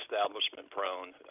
establishment-prone